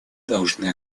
должны